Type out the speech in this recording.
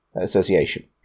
Association